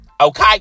okay